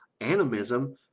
animism